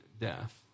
death